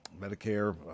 Medicare